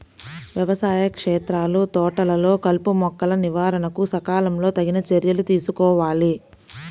వ్యవసాయ క్షేత్రాలు, తోటలలో కలుపుమొక్కల నివారణకు సకాలంలో తగిన చర్యలు తీసుకోవాలి